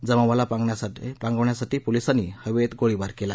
जमावाला पांगवण्यासाठी पोलिसांनी हवेत गोळीबार केला